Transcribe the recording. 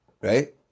right